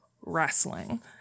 wrestling